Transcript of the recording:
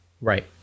Right